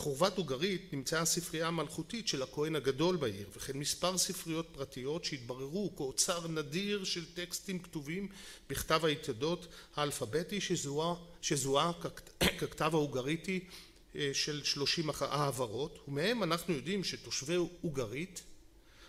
חורבת אוגרית נמצאה ספרייה מלכותית של הכהן הגדול בעיר וכן מספר ספריות פרטיות שהתבררו כאוצר נדיר של טקסטים כתובים בכתב היתדות האלפביתי שזוהה ככתב האוגריתי של שלושים ההברות ומהם אנחנו יודעים שתושבי אוגרית